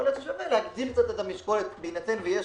יכול להיות ששווה להגדיל קצת את המשקולת בהינתן ויש